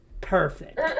Perfect